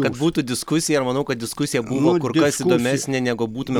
kad būtų diskusija ir manau kad diskusija būna kur kas įdomesnė negu būtume